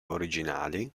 originali